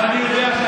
ואני יודע מה עושים,